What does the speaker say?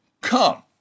come